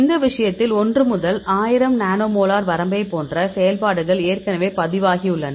இந்த விஷயத்தில் 1 முதல் 1000 நானோமொலர் வரம்பைப் போன்ற செயல்பாடுகள் ஏற்கனவே பதிவாகியுள்ளன